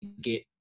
get